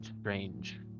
strange